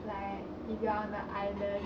like if you're on an island